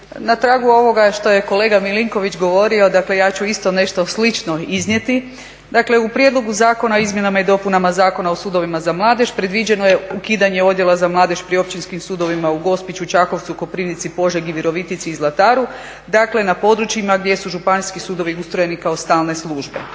na tragu ovoga što je kolega Milinković govorio, dakle ja ću isto nešto slično iznijeti. Dakle u Prijedlogu zakona o izmjenama i dopunama Zakona o sudovima za mladež predviđeno je ukidanje odjela za mladež pri općinskim sudovima u Gospiću, Čakovcu, Koprivnici, Požegi, Virovitici i Zlataru, dakle na područjima gdje su županijski sudovi ustrojeni kao stalne službe.